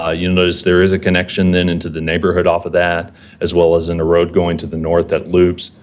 ah you'll notice there is a connection, then, into the neighborhood off of that as well as in the road going to the north that loops.